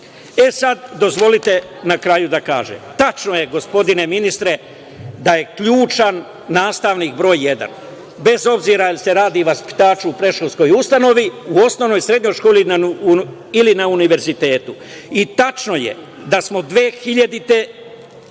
sad, dozvolite na kraju da kažem. Tačno je, gospodine ministre, da je ključni nastavnik broj jedan, bez obzira da li se radi o vaspitaču u predškolskoj ustanovi, u osnovnoj, srednjoj školi ili na univerzitetu. Tačno je da smo 2000.